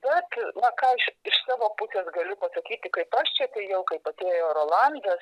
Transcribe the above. bet na ką aš iš savo pusės galiu pasakyti kaip aš čia atėjau kaip atėjo rolandas